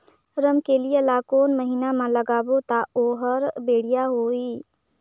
रमकेलिया ला कोन महीना मा लगाबो ता ओहार बेडिया होही?